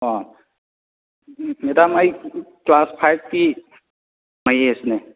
ꯑꯣ ꯃꯦꯗꯥꯝ ꯑꯩ ꯀ꯭ꯂꯥꯁ ꯐꯥꯏꯚꯀꯤ ꯃꯍꯦꯁꯅꯦ